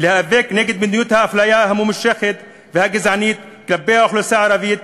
ולהיאבק נגד מדיניות האפליה הממושכת והגזענית כלפי האוכלוסייה הערבית,